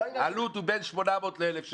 העלות היא בין 800 ל-1,000 שקל,